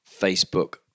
Facebook